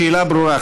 השאלה ברורה.